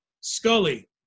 Scully